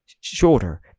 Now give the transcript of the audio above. shorter